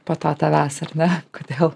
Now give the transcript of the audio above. po to tavęs ar ne kodėl